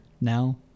now